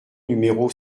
numéro